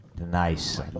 Nice